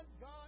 God